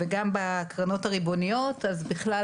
וגם בקרנות הריבוניות אז בכלל.